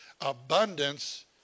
abundance